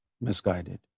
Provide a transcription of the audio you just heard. misguided